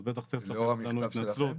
אז בטח טסלה חייבת לנו התנצלות.